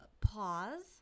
pause